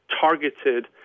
Targeted